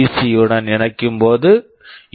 C PC உடன் இணைக்கும்போது you